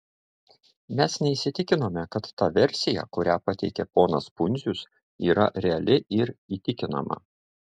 mes neįsitikinome kad ta versija kurią pateikė ponas pundzius yra reali ir įtikinama